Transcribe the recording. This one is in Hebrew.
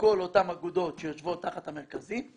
כל אותן אגודות שיושבות תחת המרכזים,